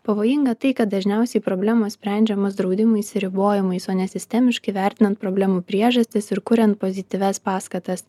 pavojinga tai kad dažniausiai problemos sprendžiamos draudimais ir ribojimais o ne sistemiškai vertinant problemų priežastis ir kuriant pozityvias paskatas